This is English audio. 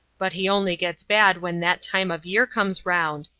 but he only gets bad when that time of year comes round.